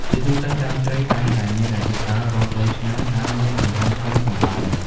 ជាទូទៅ ដើមជ្រៃតែងតែមានអាយុកាលរាប់រយឆ្នាំហើយមានទំហំធំសម្បើម។